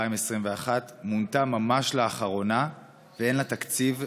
2021 מונתה ממש לאחרונה ואין לה תקציב לפעולה.